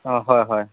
অঁ হয় হয়